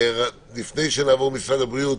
לפני שנעבור למשרד הבריאות.